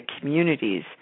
communities